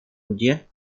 ujian